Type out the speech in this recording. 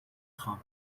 خوام